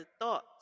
thoughts